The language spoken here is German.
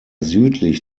südlich